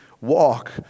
walk